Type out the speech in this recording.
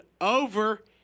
over